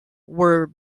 were